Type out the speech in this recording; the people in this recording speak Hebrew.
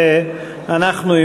ואנחנו,